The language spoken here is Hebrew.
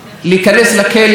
ביום שלישי,